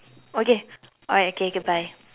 okay alright okay okay bye